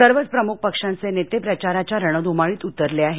सर्वच प्रमुख पक्षांचे नेते प्रचाराच्या रणध्रमाळीत उतरले आहेत